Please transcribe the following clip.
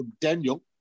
Daniel